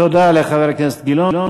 תודה, חבר הכנסת גילאון.